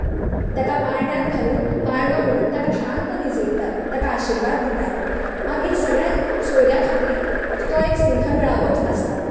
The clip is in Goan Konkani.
ताका पाळण्यांत घालून पाळणो म्हणून शांत न्हिजयतात ताका आशिर्वाद दितात मागीर सगळ्या सोयऱ्यां खातीर तो एक स्नेह मेळावोच आसता